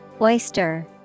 Oyster